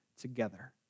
together